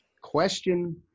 Question